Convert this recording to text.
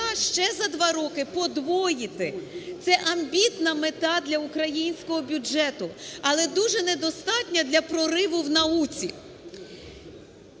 ще за два роки подвоїти, це амбітна мета для українського бюджету, але дуже недостатньо для прориву в науці.